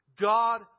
God